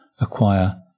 acquire